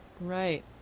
Right